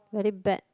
very bad